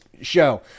show